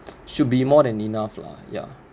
should be more than enough lah ya